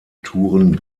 touren